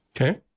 Okay